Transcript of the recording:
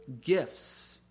gifts